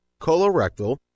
colorectal